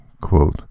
quote